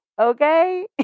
Okay